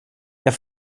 jag